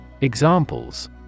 Examples